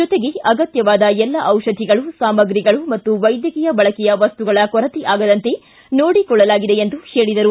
ಜೊತೆಗೆ ಅಗತ್ತವಾದ ಎಲ್ಲ ದಿಷಧಿಗಳು ಸಾಮಗ್ರಿಗಳು ಮತ್ತು ವೈದ್ಯಕೀಯ ಬಳಕೆಯ ವಸ್ತುಗಳ ಕೊರತೆ ಆಗದಂತೆ ನೋಡಿಕೊಳ್ಳಲಾಗಿದೆ ಎಂದರು